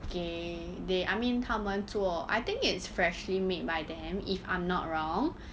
给 they I mean 他们做 I think is freshly made by them if I'm not wrong